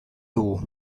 dugu